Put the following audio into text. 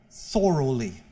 Thoroughly